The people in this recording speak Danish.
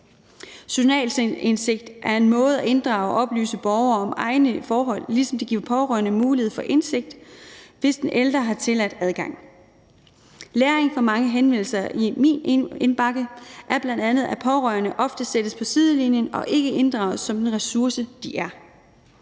Journalindsigt er en måde at inddrage og oplyse borgere om egne forhold på, ligesom det giver pårørende mulighed for indsigt, hvis den ældre har tilladt adgang. Læringen af så mange henvendelser i min indbakke er bl.a., at pårørende ofte sættes på sidelinjen og ikke inddrages som den ressource, de er.